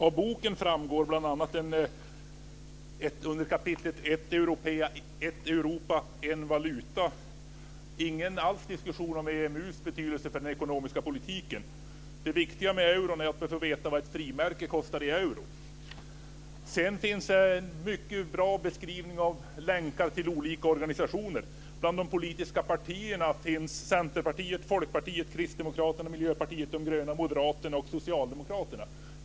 Av boken framgår under kapitlet Ett Europa, en valuta inte alls någon diskussion om EMU:s betydelse för den ekonomiska politiken. Det viktiga med euron är att man ska veta vad ett frimärke kostar i euro. Det finns en mycket bra beskrivning av länkar till olika organisationer. Bland de politiska partierna finns Centerpartiet, Folkpartiet, Kristdemokraterna, Miljöpartiet de gröna, Moderaterna och Socialdemokraterna.